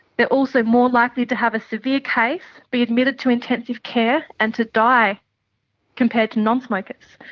they are also more likely to have a severe case, be admitted to intensive care and to die compared to non-smokers.